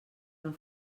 una